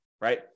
right